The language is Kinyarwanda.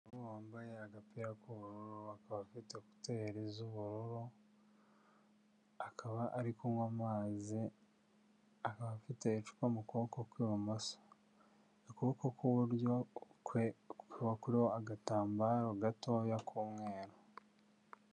Umugore wambaye agapira k'ubururu, akaba afite ekuteri z'ubururu, akaba ari kunywa amazi, akaba afite icupa mu kuboko kw'ibumoso, ukuboko kw'iburyo kwe kukaba kuriho agatambaro gatoya k'umweru.